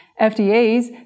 FDA's